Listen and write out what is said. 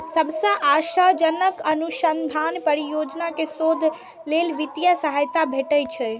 सबसं आशाजनक अनुसंधान परियोजना कें शोध लेल वित्तीय सहायता भेटै छै